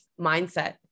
mindset